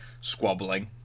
squabbling